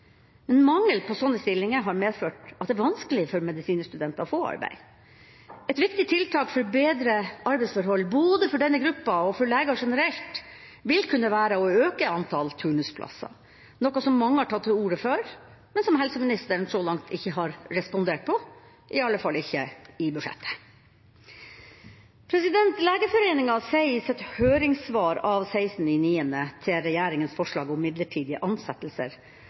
men mangel på slike stillinger har medført at det er vanskelig for medisinerstudenter å få arbeid. Et viktig tiltak for bedre arbeidsforhold både for denne gruppa og for leger generelt vil kunne være å øke antall turnusplasser, noe som mange har tatt til orde for, men som helseministeren så langt ikke har respondert på, iallfall ikke i budsjettet. Legeforeningen sier i sitt høringssvar av 16. september til regjeringas forslag om midlertidige ansettelser